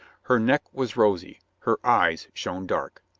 her neck was rosy. her eyes shone dark.